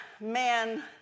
man